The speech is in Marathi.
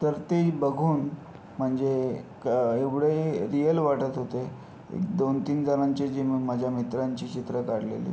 तर ते बघून म्हणजे क एवढे रिअल वाटत होते एक दोन तीन जणांच्या जे मी माझ्या मित्रांचे चित्र काढलेले